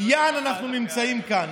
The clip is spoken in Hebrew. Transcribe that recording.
יען כי אנחנו נמצאים כאן.